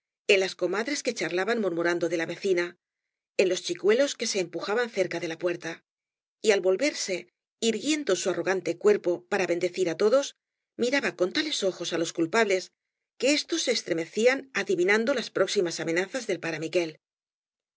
eo las comadres que charlaban murmurando de vecina en los chicuelos que se empujaban cerca de la puerta y al volverse irguiendo su arrogante cuerpo para bendecir á todos miraba con tales ojas á loa culpables que éstos se estremecían adi vinaado las próximas amenazas del pate miquél